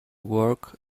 work